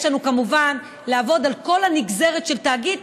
יש לנו כמובן עבודה על כל הנגזרת של תאגיד,